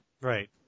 Right